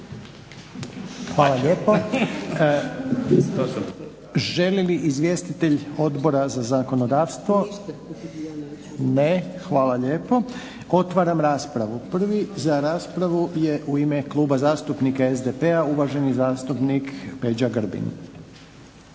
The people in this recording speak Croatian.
Hvala lijepo. Želi li izvjestitelj Odbora za zakonodavstvo? Ne. Hvala lijepo. Otvaram raspravu. Prvi za raspravu je u ime Kluba zastupnika SDP-a uvaženi zastupnik Peđa Grbin.